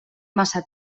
massa